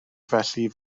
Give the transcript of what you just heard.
felly